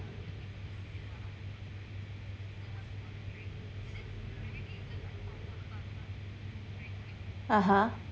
(uh huh)